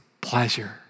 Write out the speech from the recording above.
pleasure